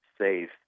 safe